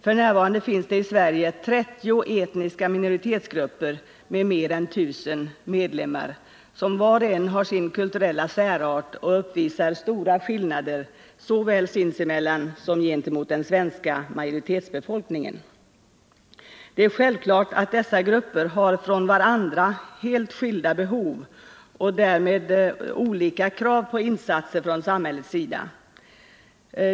F.n. finns i Sverige 30 etniska minoritetsgrupper med mer än 1000 medlemmar, och de har var och en sin kulturella särart samt uppvisar stora skillnader såväl sinsemellan som gentemot den svenska majoritetsbefolkningen. Det är självklart att dessa grupper har från varandra helt skilda behov och därmed olika krav på insatser från samhällets sida.